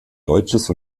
deutsches